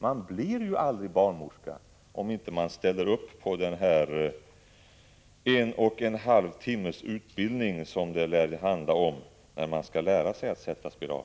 Man blir aldrig barnmorska, om man inte ställer upp på den en och en halv timmes utbildning som det lär handla om, när man skall lära sig att sätta spiral.